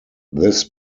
this